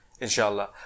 inshallah